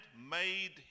made